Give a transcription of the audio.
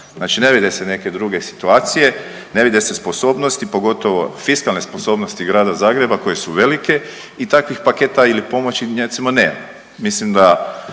Znači ne vide se neke druge situacije, ne vide se sposobnosti, pogotovo fiskalne sposobnosti Grada Zagreba koje su velike i takvih paketa ili pomoći … /ne razumije